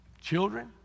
Children